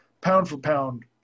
pound-for-pound